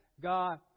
God